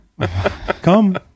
come